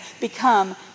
become